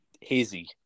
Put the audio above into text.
hazy